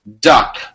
Duck